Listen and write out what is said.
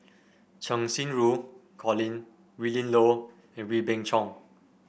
Cheng Xinru Colin Willin Low and Wee Beng Chong